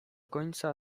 końca